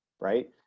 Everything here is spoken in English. right